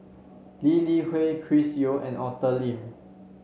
Lee Li Hui Chris Yeo and Arthur Lim